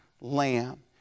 lamb